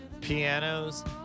pianos